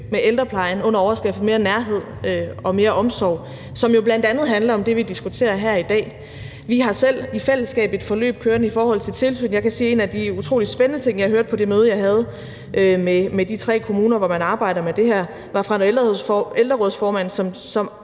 med ældreplejen under overskriften »Mere omsorg og nærvær i ældreplejen«, som jo bl.a. handler om det, vi diskuterer her i dag. Vi har selv i fællesskab et forløb kørende i forhold til tilsyn. Jeg kan sige, at en af de utrolig spændende ting, jeg hørte på det møde, jeg havde med de tre kommuner, hvor man arbejder med det her, kom fra en ældrerådsformand, som